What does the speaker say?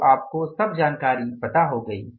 तो आपको सब जानकारी पता हो गई